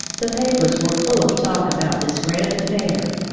the papers were full of talk about this grand affair.